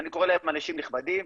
אני קורא להם אנשים נכבדים,